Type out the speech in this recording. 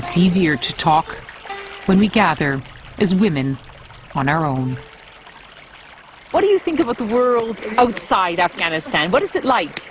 it's easier to talk when we gather as women on our own what do you think about the world outside afghanistan what is it like